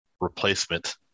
replacement